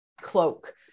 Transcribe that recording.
cloak